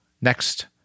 Next